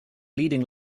leading